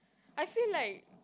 I feel like